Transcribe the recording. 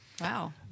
Wow